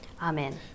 Amen